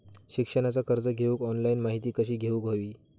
शिक्षणाचा कर्ज घेऊक ऑनलाइन माहिती कशी घेऊक हवी?